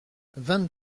vingt